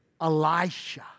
Elisha